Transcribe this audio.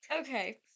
Okay